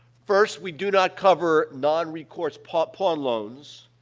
first, we do not cover non-recourse pawn pawn loans.